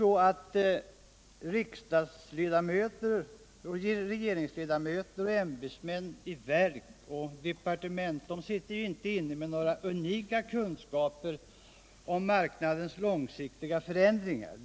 Regeringsledamöter, riksdagsmän och ämbetsmän i verk och departement sitter inte heller inne med unika kunskaper om marknadens långsiktiga förändringar.